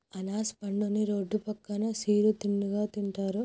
అనాస పండుని రోడ్డు పక్కన సిరు తిండిగా తింటారు